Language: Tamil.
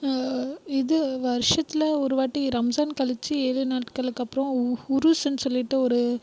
இது வருஷத்தில் ஒரு வாட்டி ரம்ஜான் கழிச்சு ஏழு நாட்களுக்கு அப்புறம் உஹு உருசுன்னு சொல்லிட்டு ஒரு